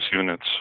units